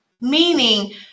Meaning